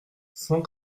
cent